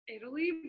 Italy